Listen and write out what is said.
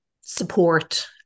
support